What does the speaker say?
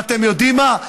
ואתם יודעים מה?